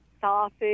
sausage